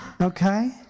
Okay